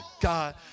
God